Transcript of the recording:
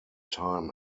time